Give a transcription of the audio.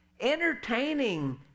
Entertaining